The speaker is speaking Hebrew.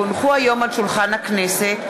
כי הונחו היום על שולחן הכנסת,